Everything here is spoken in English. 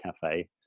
cafe